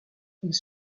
ils